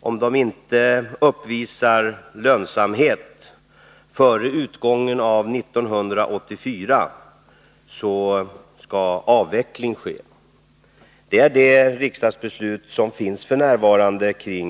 om de inte uppvisar lönsamhet före utgången av 1984, skall avveckling ske. Det är det riksdagsbeslut som f. n. finns i fråga om varven.